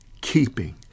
keeping